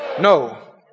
No